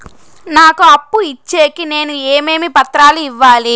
నాకు అప్పు ఇచ్చేకి నేను ఏమేమి పత్రాలు ఇవ్వాలి